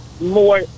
more